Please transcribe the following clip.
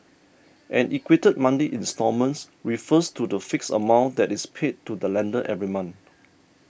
an equated monthly instalments refers to the fixed amount that is paid to the lender every month